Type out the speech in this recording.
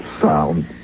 sound